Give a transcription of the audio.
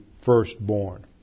firstborn